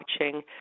watching